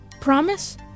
Promise